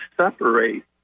separate